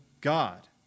God